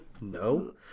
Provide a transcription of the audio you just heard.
No